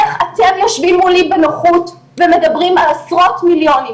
איך אתם יושבים מולי בנוחות ומדברים על עשרות מיליונים,